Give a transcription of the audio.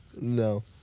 no